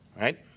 Right